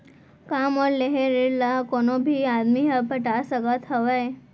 का मोर लेहे ऋण ला कोनो भी आदमी ह पटा सकथव हे?